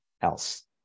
else